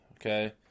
okay